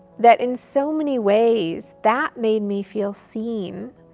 that in so many ways, that made me feel seen,